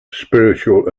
spiritual